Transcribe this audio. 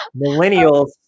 Millennials